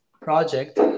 project